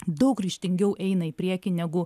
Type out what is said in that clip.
daug ryžtingiau eina į priekį negu